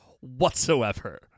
whatsoever